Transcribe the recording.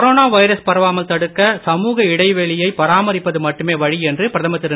corona virus பரவாமல் தடுக்க சமுக இடைவெளியை பராமரிப்பது மட்டுமே வழி என்று பிரதமர் திரு